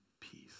peace